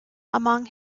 among